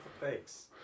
Thanks